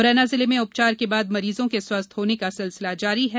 मुरैना जिले में उपचार के बाद मरीजों के स्वस्थ होने का सिलसिला जारी है